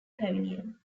pavilion